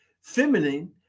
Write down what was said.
feminine